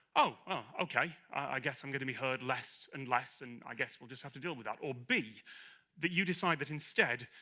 oh okay, i guess i'm gonna be heard less and less and i guess we'll just have to deal with that or b that you decide that instead,